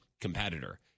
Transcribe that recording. competitor